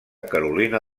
carolina